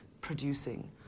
producing